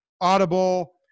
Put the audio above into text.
audible